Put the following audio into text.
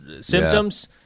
symptoms